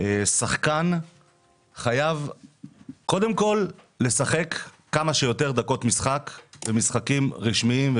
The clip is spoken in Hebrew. שחקן חייב קודם כל לשחק כמה שיותר דקות משחק במשחקים רשמיים,